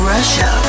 Russia